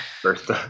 first